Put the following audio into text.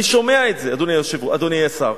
אני שומע את זה, אדוני השר.